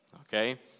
okay